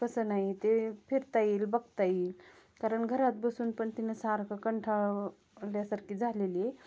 कसं नाही ते फिरता येईल बघता येईल कारण घरात बसून पण तिने सारखं कंटाळल्यासारखी झालेली आहे